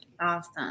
Awesome